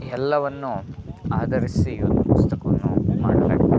ಎಲ್ಲವನ್ನು ಆಧರಿಸಿ ಈ ಒಂದು ಪುಸ್ತಕವನ್ನು ಮಾಡ್ತಾರೆ